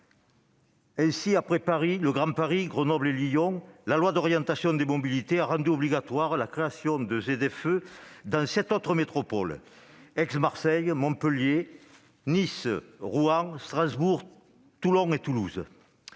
Ainsi, après Paris, le Grand Paris, Grenoble et Lyon, la loi d'orientation des mobilités a rendu obligatoire la création de ZFE dans sept autres métropoles : Aix-Marseille, Montpellier, Nice, Rouen, Strasbourg, Toulon et Toulouse.